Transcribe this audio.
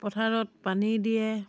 পথাৰত পানী দিয়ে